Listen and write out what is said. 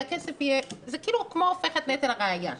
זה כאילו הופך את נטל הראיה.